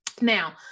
now